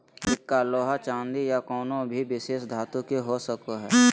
सिक्का लोहा चांदी या कउनो भी विशेष धातु के हो सको हय